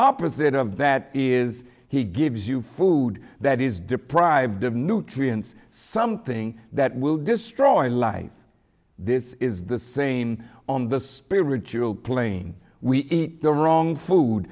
opposite of that is he gives you food that is deprived of nutrients something that will destroy life this is the same on the spiritual plane we eat the wrong food